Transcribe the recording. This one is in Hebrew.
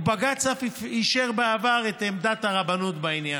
ובג"ץ אף אישר בעבר את עמדת הרבנות בעניין.